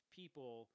people